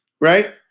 Right